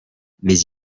mais